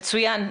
מצוין.